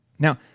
Now